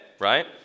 Right